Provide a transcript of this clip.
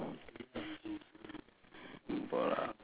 ya jumping around with the bees around right